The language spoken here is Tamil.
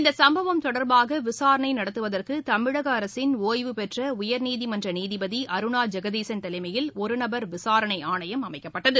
இந்த சம்பவம் தொடர்பாக விசாரணை நடத்துவதற்கு தமிழக அரசின் ஒய்வுபெற்ற உயர்நீதிமன்ற நீதிபதி அருணா ஜெகதீசன் தலைமையில் ஒருநபர் விசாரணை ஆணையம் அமைக்கப்பட்டது